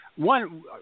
One